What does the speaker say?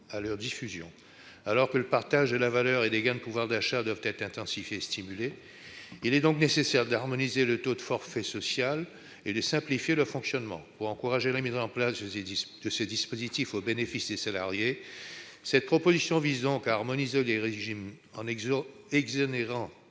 à leur diffusion. Alors que le partage de la valeur et des gains de pouvoir d'achat doit être intensifié et stimulé, il est nécessaire d'harmoniser les taux de forfait social et de simplifier leur fonctionnement. Pour encourager la mise en place de ces mécanismes de partage de la valeur au bénéfice des salariés, cet amendement vise à harmoniser les régimes, en exonérant